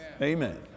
Amen